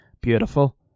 beautiful